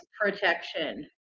protection